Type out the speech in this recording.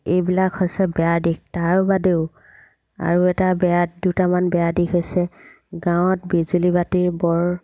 এইবিলাক হৈছে বেয়া দিশ তাৰ বাদেও আৰু এটা বেয়া দুটামান বেয়া দিশ হৈছে গাঁৱত বিজুলী বাতিৰ বৰ